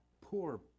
poor